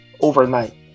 overnight